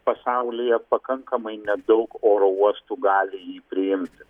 pasaulyje pakankamai nedaug oro uostų gali jį priimti